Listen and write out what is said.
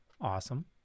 Awesome